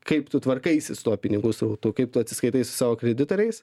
kaip tu tvarkaisi su tuo pinigų srautu kaip tu atsiskaitai su savo kreditoriais